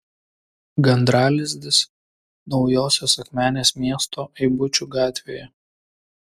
gandralizdis naujosios akmenės miesto eibučių gatvėje